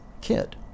kid